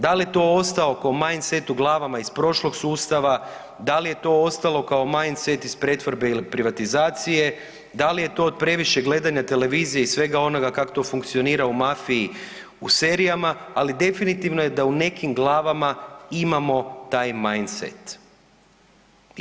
Da li je to ostao kao main set u glavama iz prošlog sustava, da li je to ostalo kao main set iz pretvorbe ili privatizacije, da li je to od previše gledanja televizije i svega onoga kako to funkcionira u mafiji u serijama, ali definitivno je da u nekim glavama imamo taj main set.